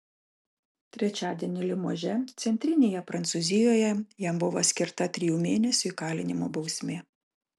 trečiadienį limože centrinėje prancūzijoje jam buvo skirta trijų mėnesių įkalinimo bausmė